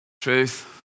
truth